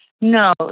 No